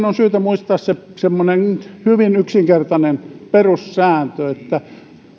on syytä muistaa semmoinen hyvin yksinkertainen perussääntö että